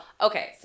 Okay